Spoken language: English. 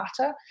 matter